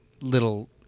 little